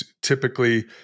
typically